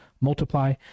multiply